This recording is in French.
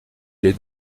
les